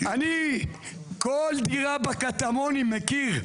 כל דירה בקטמונים אני מכיר,